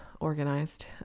organized